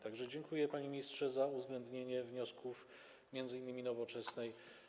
Tak więc dziękuję, panie ministrze, za uwzględnienie wniosków, m.in. Nowoczesnej.